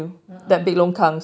ya uh